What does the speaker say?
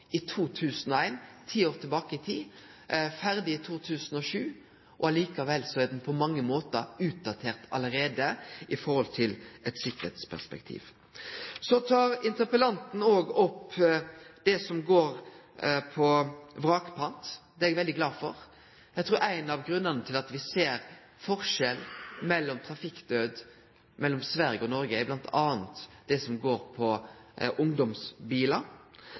er altså ein veg der bestillinga blei teke opp i 2001 – ti år tilbake i tid. Vegen var ferdig i 2007, og likevel er han på mange måtar allereie utdatert når det gjeld tryggleiksperspektivet. Så tek interpellanten òg opp det som går på vrakpant. Det er eg veldig glad for. Eg trur at ein av grunnane til at det er ein forskjell når det gjeld trafikkdød i Sverige og i Noreg,